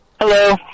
Hello